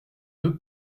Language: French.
deux